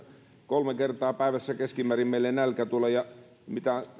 kolme kertaa päivässä keskimäärin meille nälkä tulee